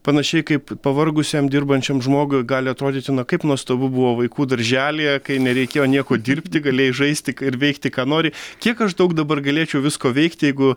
panašiai kaip pavargusiam dirbančiam žmogui gali atrodyti na kaip nuostabu buvo vaikų darželyje kai nereikėjo nieko dirbti galėjai žaisti ir veikti ką nori kiek aš daug dabar galėčiau visko veikti jeigu